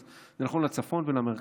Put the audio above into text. אז זה נכון לצפון ולמרכז.